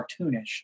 cartoonish